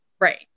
Right